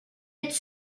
être